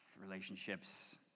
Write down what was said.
relationships